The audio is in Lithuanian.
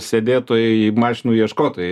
sėdėtojai mašinų ieškotojai